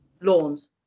Lawns